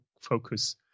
focus